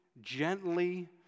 gently